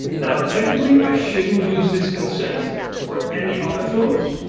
now technically i shouldn't use this consent for any other flows,